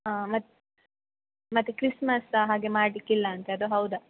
ಹಾಂ ಮತ್ತೆ ಮತ್ತೆ ಕ್ರಿಸ್ಮಸ್ ಸಹ ಹಾಗೆ ಮಾಡಲಿಕಿಲ್ಲ ಅಂತೆ ಅದು ಹೌದಾ